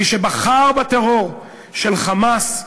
מי שבחר בטרור של "חמאס"